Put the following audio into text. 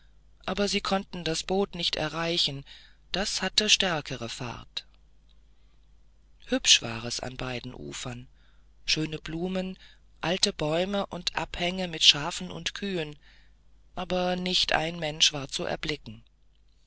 aber sie konnten das boot nicht erreichen das hatte stärkere fahrt hübsch war es an beiden ufern schöne blumen alte bäume und abhänge mit schafen und kühen aber nicht ein mensch war zu erblicken